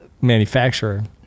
manufacturer